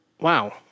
Wow